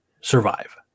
survive